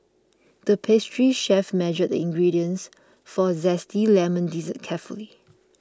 the pastry chef measured the ingredients for a Zesty Lemon Dessert carefully